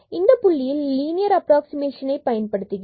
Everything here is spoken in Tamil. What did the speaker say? இந்த புள்ளியில் லீனியர் அப்ராக்ஸிமேஷன் ஐ பயன்படுத்துகிறோம்